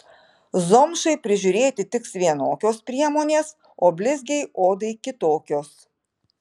zomšai prižiūrėti tiks vienokios priemonės o blizgiai odai kitokios